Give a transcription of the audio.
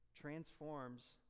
transforms